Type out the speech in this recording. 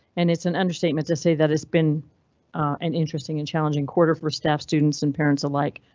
and it's an understatement to say that it's been an interesting and challenging quarter for staff, students and parents alike.